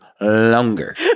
longer